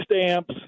stamps